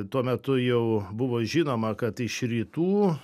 tuo metu jau buvo žinoma kad iš rytų